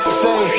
say